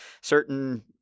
certain